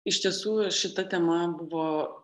iš tiesų šita tema buvo